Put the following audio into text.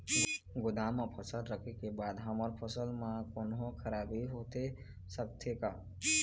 गोदाम मा फसल रखें के बाद हमर फसल मा कोन्हों खराबी होथे सकथे का?